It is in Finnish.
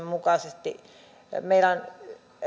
mukaisesti meillä on